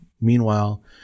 Meanwhile